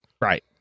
Right